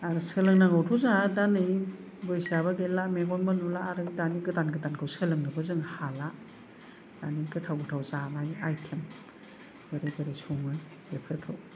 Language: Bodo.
आरो सोलोंनांगौथ' जोंहा दा नै बैसोयाबो गैला मेगनबो नुला आरो दानि गोदान गोदानखौ सोलोंनोबो जों हाला दानि गोथाव गोथाव जानाय आयथेम बोरै बोरै सङो बेफोरखौ